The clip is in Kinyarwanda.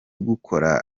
gukora